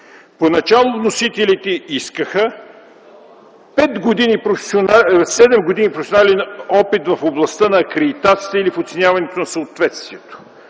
По начало вносителите искаха седем години професионален опит в областта на акредитацията или в оценяването на съответствието.